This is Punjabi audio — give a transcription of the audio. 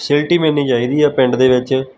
ਫੈਸਲਿਟੀ ਮਿਲਣੀ ਚਾਹੀਦੀ ਆ ਪਿੰਡ ਦੇ ਵਿੱਚ